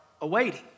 awaiting